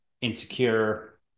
insecure